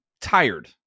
tired